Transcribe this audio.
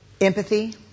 Empathy